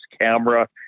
camera